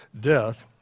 death